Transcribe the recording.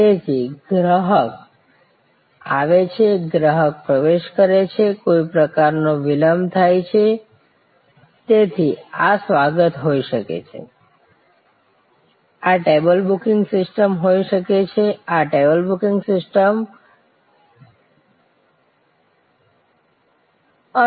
તેથી ગ્રાહક આવે છે ગ્રાહક પ્રવેશ કરે છે કોઈ પ્રકારનો વિલંબ થાય છે તેથી આ સ્વાગત હોઈ શકે છે આ ટેબલ બુકિંગ સિસ્ટમ હોઈ શકે છે આ ટિકિટ બુકિંગ સિસ્ટમ હોઈ શકે છે